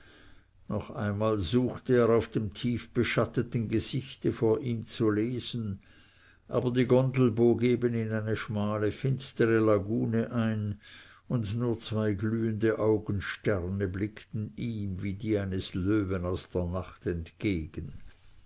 noch einmal suchte er auf dem tiefbeschatteten gesichte vor ihm zu lesen aber die gondel bog eben in eine schmale finstere lagune ein und nur zwei glühende augensterne blickten ihm wie die eines löwen aus der nacht entgegen